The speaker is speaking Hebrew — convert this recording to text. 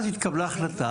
אז התקבלה החלטה,